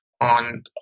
on